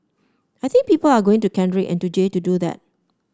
I think people are going to Kendrick and to Jay to do that